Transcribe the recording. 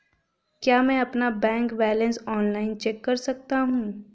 क्या मैं अपना बैंक बैलेंस ऑनलाइन चेक कर सकता हूँ?